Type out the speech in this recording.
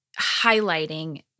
highlighting